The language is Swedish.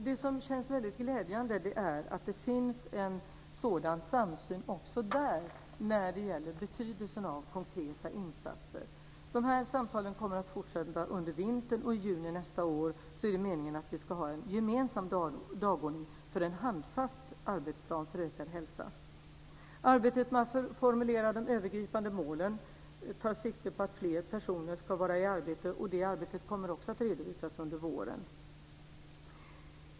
Det som känns väldigt glädjande är att det finns en sådan samsyn också där när det gäller betydelsen av konkreta insatser. Dessa samtal kommer att fortsätta under vintern, och i juni nästa år är det meningen att vi ska ha en gemensam dagordning för en handfast arbetsplan för ökad hälsa. Arbetet med att formulera de övergripande målen tar sikte på att fler personer ska vara i arbete, och det arbetet kommer också att redovisas under våren.